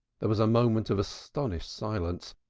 there was a moment of astonished silence,